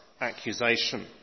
accusation